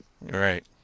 right